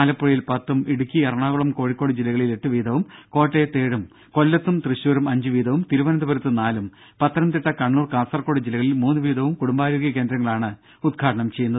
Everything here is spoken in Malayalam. ആലപ്പുഴയിൽ പത്തും ഇടുക്കി എറണാകുളം കോഴിക്കോട് ജില്ലകളിൽ എട്ടുവീതവും കോട്ടയത്ത് ഏഴും കൊല്ലത്തും തൃശൂരും അഞ്ചുവീതവും തിരുവന്തപുരത്ത് നാലും പത്തനംതിട്ട കണ്ണൂർ കാസർകോട് ജില്ലകളിൽ മൂന്നുവീതവും കുടുംബാരോഗ്യ കേന്ദ്രങ്ങളാണ് ഉദ്ഘാടനം ചെയ്യുന്നത്